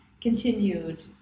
continued